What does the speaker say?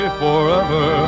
forever